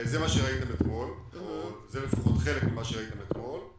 זה לפחות חלק ממה שראיתם אתמול.